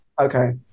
Okay